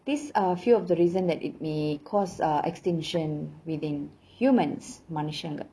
these are a few of the reason that it may because uh extinction within humans மனுஷங்க:manushanga